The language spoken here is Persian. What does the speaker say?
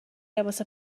لباس